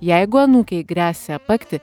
jeigu anūkei gresia apakti